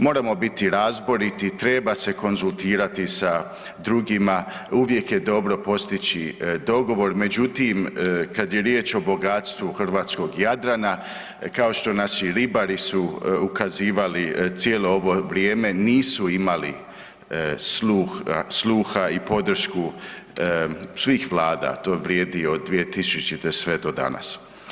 Moramo biti razboriti, treba se konzultirati sa drugima, uvijek je dobro postići dogovor, međutim kad je riječ o bogatstvu hrvatskog Jadrana, kao što nas i ribari su ukazivali cijelo ovo vrijeme nisu imali sluha i podršku svih vlada, to vrijedi od 2000. sve do danas.